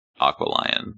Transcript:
aqualion